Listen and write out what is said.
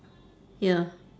ya